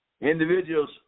individuals